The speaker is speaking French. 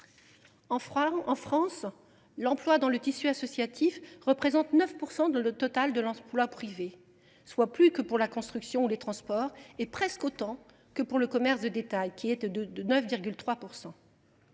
En France, l’emploi dans le tissu associatif représente 9 % du total de l’emploi privé, soit plus que celui de la construction ou des transports, et presque autant que celui du commerce de détail, qui représente 9,3 %.